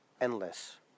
endless